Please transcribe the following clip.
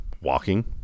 walking